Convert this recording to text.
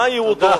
מה ייעודו?